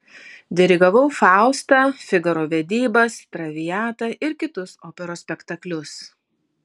dirigavau faustą figaro vedybas traviatą ir kitus operos spektaklius